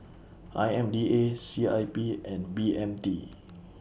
I M DA C I P and B M T